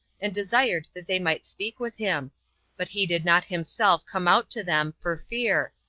and desired that they might speak with him but he did not himself come out to them for fear,